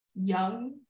young